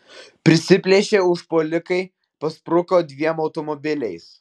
prisiplėšę užpuolikai paspruko dviem automobiliais